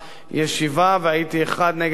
והייתי אחד נגד כל יתר השרים,